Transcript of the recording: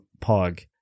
Pog